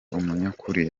umunyakuri